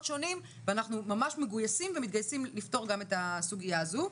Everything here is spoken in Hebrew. שונים ואנחנו ממש מגוייסים ומתגייסים לפתור גם את הסוגיה הזו.